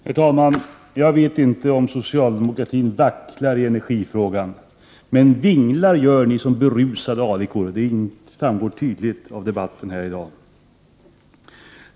Herr talman! Jag vet inte om socialdemokraterna vacklar i energifrågan, men vinglar som berusade alikor gör de. Det framgår tydligt av debatten här i dag.